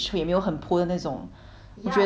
我觉得 sponsor 不起